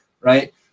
Right